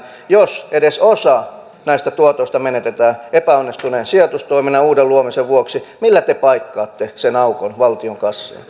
jos edes osa näistä tuotoista menetetään epäonnistuneen sijoitustoiminnan uuden luomisen vuoksi millä te paikkaatte sen aukon valtion kassaan